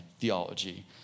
theology